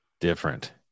different